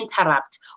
interrupt